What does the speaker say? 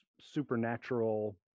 supernatural